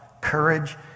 courage